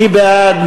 מי בעד?